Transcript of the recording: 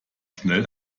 schnell